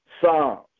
Psalms